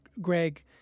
Greg